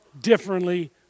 differently